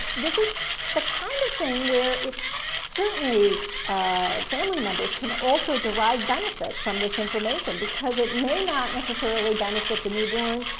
this is the kind of thing where it's certainly ah family members can also derive benefit from this information because it may not necessarily benefit the newborn,